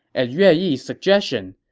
at yue yi's suggestion,